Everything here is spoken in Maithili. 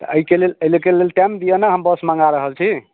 तऽ अइके लेल अइके लेल टाइम दिअ ने हम बस मँगा रहल छी